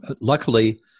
Luckily